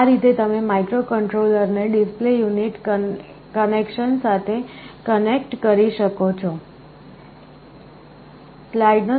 આ રીતે તમે માઇક્રોકન્ટ્રોલરને ડિસ્પ્લે યુનિટ કનેક્શન સાથે કનેક્ટ કરી શકો છો